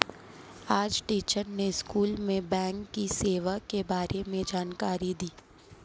आज टीचर ने स्कूल में बैंक की सेवा के बारे में जानकारी दी